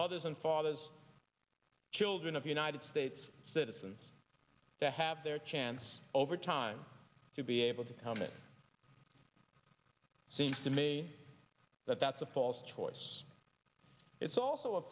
mothers and fathers children of united states citizens to have their chance over time to be able to come it seems to me that that's a false choice it's also a